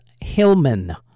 Hillman